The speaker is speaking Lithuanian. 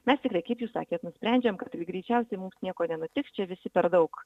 mes tikrai kaip jūs sakėt nusprendžiam kad greičiausiai mums nieko nenutiks čia visi per daug